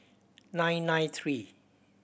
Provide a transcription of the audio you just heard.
nine nine three